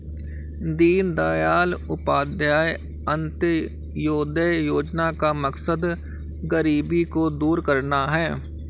दीनदयाल उपाध्याय अंत्योदय योजना का मकसद गरीबी को दूर करना है